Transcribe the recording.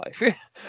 life